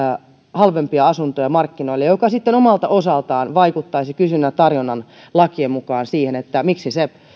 halvempia asuntoja markkinoille mikä sitten omalta osaltaan vaikuttaisi kysynnän ja tarjonnan lakien mukaan siihen millaiseksi se